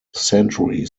century